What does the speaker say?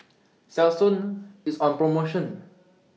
Selsun IS on promotion